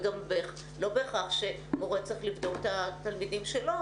וגם לא בהכרח שמורה צריך לבדוק את התלמידים שלו,